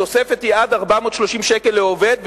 התוספת היא עד 430 שקל לעובד,